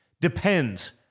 depends